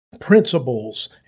principles